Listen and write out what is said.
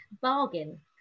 Bargain